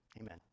Amen